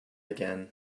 again